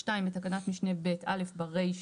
(2) בתקנת משנה (ב) - (א) ברישה,